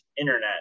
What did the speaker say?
internet